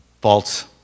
false